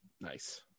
Nice